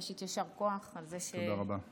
ראשית יישר כוח על זה שציינת,